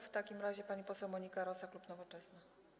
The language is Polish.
W takim razie pani poseł Monika Rosa, klub Nowoczesna.